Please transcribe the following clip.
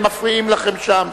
אין מפריעים לכם שם.